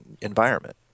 environment